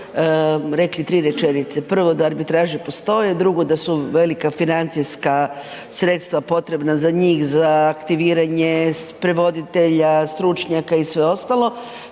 rekli 3 rečenice, prvo da arbitraže postoje, drugo da su velika financijska sredstva potrebna za njih, za aktiviranje, prevoditelja, stručnjaka i sve ostalo,